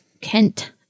Kent